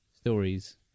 stories